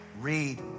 Read